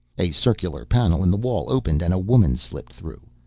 a circular panel in the wall opened and a woman slipped through.